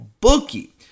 bookie